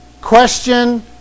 Question